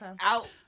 out